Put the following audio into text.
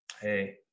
Hey